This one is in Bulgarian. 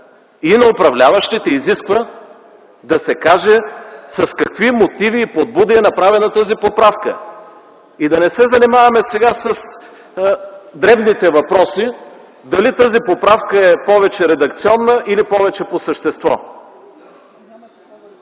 и на управляващите изисква да се каже с какви мотиви и подбуди е направена тази поправка. И да не се занимаваме сега с дребните въпроси дали тази поправка е повече редакционна или повече по същество.